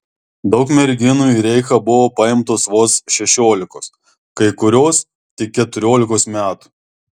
daug merginų į reichą buvo paimtos vos šešiolikos kai kurios tik keturiolikos metų